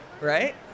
Right